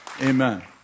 Amen